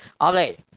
Okay